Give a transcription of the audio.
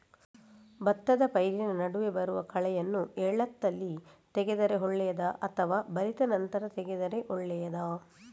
ಭತ್ತದ ಪೈರಿನ ನಡುವೆ ಬರುವ ಕಳೆಯನ್ನು ಎಳತ್ತಲ್ಲಿ ತೆಗೆದರೆ ಒಳ್ಳೆಯದಾ ಅಥವಾ ಬಲಿತ ನಂತರ ತೆಗೆದರೆ ಒಳ್ಳೆಯದಾ?